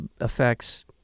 affects